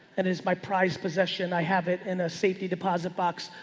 and is my prize possession. i have it in a safety deposit box.